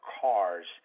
cars